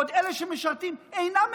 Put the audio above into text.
בעוד אלה שמשרתים אינם מקבלים.